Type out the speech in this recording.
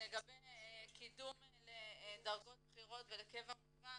לגבי קידום לדרגות בכירות ולקבע מובהק,